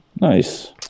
Nice